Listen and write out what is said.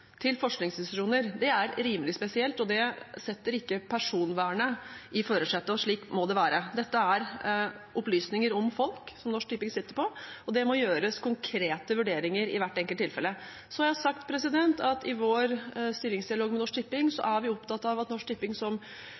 til forskningsinstitusjoner. Det er rimelig spesielt, og det setter ikke personvernet i førersetet – og slik må det være. Dette er opplysninger om folk som Norsk Tipping sitter på, og det må gjøres konkrete vurderinger i hvert enkelt tilfelle. Jeg har sagt at i vår styringsdialog med Norsk Tipping er vi opptatt av at Norsk Tipping